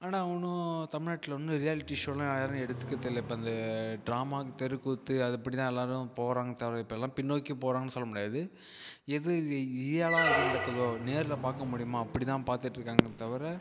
ஆனால் ஒன்று தமிழ்நாட்டில் இன்னும் ரியாலிட்டி ஷோலாம் யாரும் எடுத்துக்கிருதில்ல இப்போ அந்த ட்ராமா தெருக்கூத்து அப்படிதான் எல்லோரும் போகிறாங்க தவிர இப்பயெல்லாம் பின்னோக்கி போகிறாங்கனு சொல்ல முடியாது எது ரி ரியலாக எது நடக்குதோ நேரில் பார்க்க முடியுமா அப்படித்தான் பார்த்துக்கிட்டு இருக்கிறாங்க தவிர